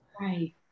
Right